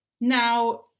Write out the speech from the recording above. Now